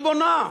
היא בונה.